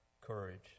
courage